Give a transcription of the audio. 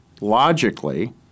logically